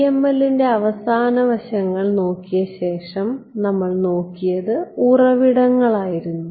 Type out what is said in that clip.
PML ന്റെ അവസാന വശങ്ങൾ നോക്കിയ ശേഷം നമ്മൾ നോക്കിയത് ഉറവിടങ്ങൾ ആയിരുന്നു